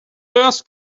ask